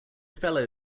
fellow